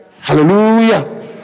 Hallelujah